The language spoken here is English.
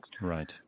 Right